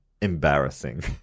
Embarrassing